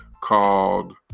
called